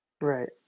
Right